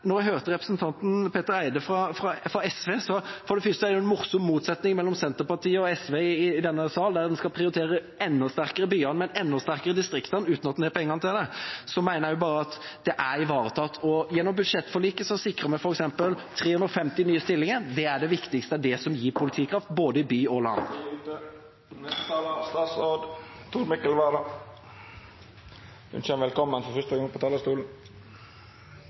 Når jeg hørte representanten Petter Eide fra SV, er det en morsom motsetning mellom Senterpartiet og SV i denne sal, og en skal prioritere byene enda sterkere og distriktene enda sterkere uten at en har penger til det. Jeg mener at hensynet her er ivaretatt. Gjennom budsjettforliket sikret vi f.eks. 350 nye stillinger. Det er det viktigste for å gi politikraft – i både by og land. Presidenten vil ynskje statsråd Tor Mikkel Vara velkomen på talarstolen! Tusen takk, ærede president og representanter, for den hyggelige mottakelsen. Nærpolitireformen er ingen dårlig start når man skal diskutere i Stortinget for første gang på